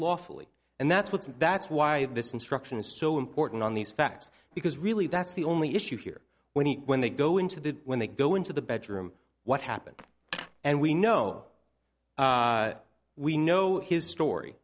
lawfully and that's what's that's why this instruction is so important on these facts because really that's the only issue here when he when they go into the when they go into the bedroom what happened and we know we know his story